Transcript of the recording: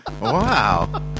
Wow